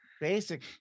basic